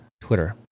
Twitter